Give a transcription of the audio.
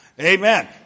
Amen